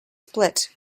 split